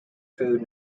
food